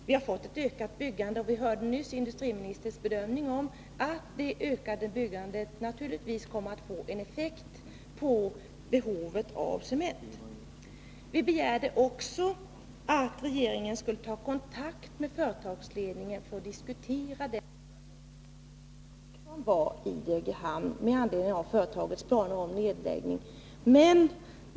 Vi har fått ett ökat byggande, och vi hörde nyss industriministerns bedömning att detta kommer att få effekt på behovet av cement. Vi begärde också att regeringen skulle ta kontakt med företagsledningen och diskutera situationen med anledning av företagets planer på nedläggning.